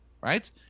right